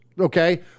Okay